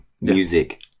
music